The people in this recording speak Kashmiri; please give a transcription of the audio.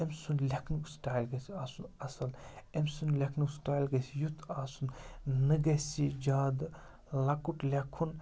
أمۍ سُنٛد لیکھنُک سِٹایل گژھِ آسُن اَصٕل أمۍ سُنٛد لیکھنُک سٕٹایل گَژھِ یُتھ آسُن نہٕ گَژھِ یہِ زیادٕ لَکُٹ لیکھُن